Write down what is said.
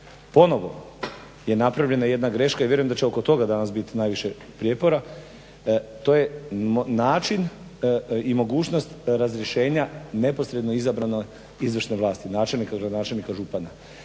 ponovo je napravljena jedna greška i vjerujem da će oko toga danas biti najviše prijepora, to je način i mogućnost razrješenja neposredno izabrane izvršne vlasti, načelnika,